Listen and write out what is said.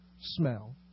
smell